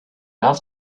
have